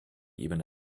ebene